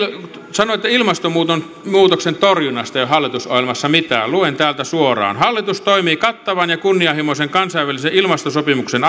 sanoitte että ilmastonmuutoksen torjunnasta ei ole hallitusohjelmassa mitään luen täältä suoraan hallitus toimii kattavan ja kunnianhimoisen kansainvälisen ilmastosopimuksen